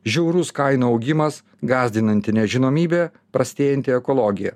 žiaurus kainų augimas gąsdinanti nežinomybė prastėjanti ekologija